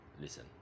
Listen